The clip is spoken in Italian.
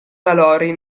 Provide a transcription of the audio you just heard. valori